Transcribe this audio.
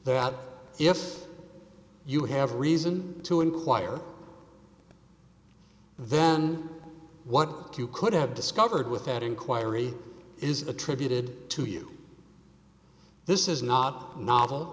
that if you have a reason to enquire then what you could have discovered without inquiry is attributed to you this is not novel